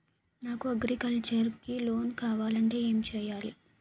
నాకు అగ్రికల్చర్ కి లోన్ కావాలంటే ఏం చేయాలి?